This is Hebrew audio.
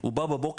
הוא בא בבוקר,